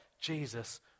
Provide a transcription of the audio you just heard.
Jesus